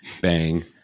bang